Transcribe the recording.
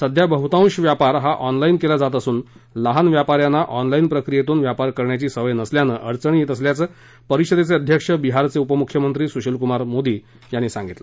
सध्या बहतांशी व्यापार हा ऑनलाईन केला जात असुन लहान व्यापाऱ्यांना ऑनलाइन प्रक्रियेतून व्यापार करण्याची सवय नसल्यामुळे अडचणी येत असल्याचं परिषदेचे अध्यक्ष बिहारचे उपमुख्यमंत्री सुशील कुमार मोदी यांनी सांगितलं